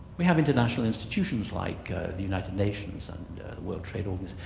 we have international institutions like the united nations and world trade organs,